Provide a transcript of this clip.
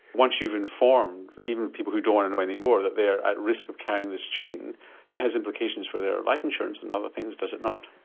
once you have informed even people who don't want to know any more they are at risk of carrying this gene that has implications for their life insurance and other things does it not?